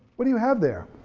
what do you have there?